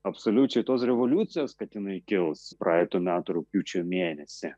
absoliučiai tos revoliucijos kad jinai kils praeitų metų rugpjūčio mėnesį